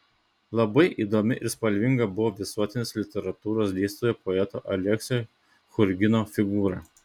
labai įdomi ir spalvinga buvo visuotinės literatūros dėstytojo poeto aleksio churgino figūra